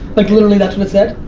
like literally, that's what it said?